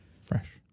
fresh